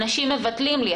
אנשים מבטלים לי.